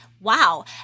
wow